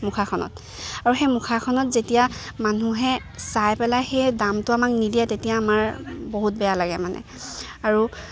মুখাখনত আৰু সেই মুখাখনত যেতিয়া মানুহে চাই পেলাই সেই দামটো আমাক নিদিয়ে তেতিয়া আমাৰ বহুত বেয়া লাগে মানে আৰু